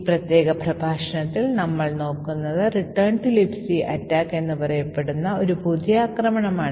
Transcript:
ഈ പ്രത്യേക പ്രഭാഷണത്തിൽ നമ്മൾ നോക്കുന്നത് Return Libc Attack എന്നറിയപ്പെടുന്ന ഒരു പുതിയ ആക്രമണമാണ്